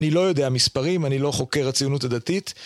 אני לא יודע מספרים, אני לא חוקר הציונות הדתית.